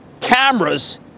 cameras